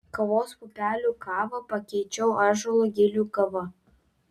kavos pupelių kavą pakeičiau ąžuolo gilių kava